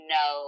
no